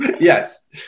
yes